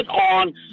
on